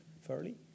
fairly